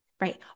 right